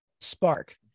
spark